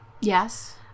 Yes